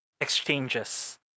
exchanges